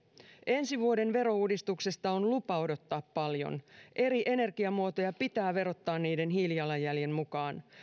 ensi vuoden verouudistuksesta on lupa odottaa paljon eri energiamuotoja pitää verottaa niiden hiilijalanjäljen mukaan